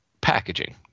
packaging